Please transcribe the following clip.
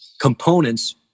components